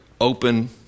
open